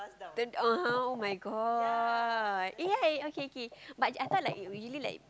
then (uh huh) [oh]-my-god eh yeah okay K but I thought like we really like